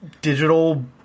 digital